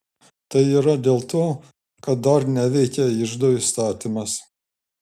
tai yra dėl to kad dar neveikia iždo įstatymas